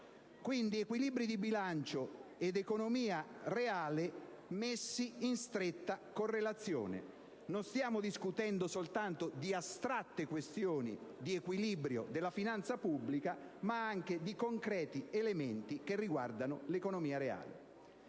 equilibri di bilancio ed economia reale vengono messi in stretta correlazione. Non stiamo discutendo soltanto di astratte questioni di equilibrio della finanza pubblica, ma di concreti elementi riguardanti l'economia reale.